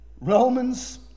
Romans